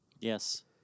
Yes